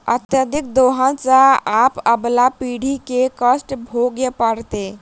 अत्यधिक दोहन सँ आबअबला पीढ़ी के कष्ट भोगय पड़तै